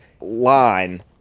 line